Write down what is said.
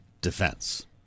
defense